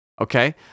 Okay